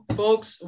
folks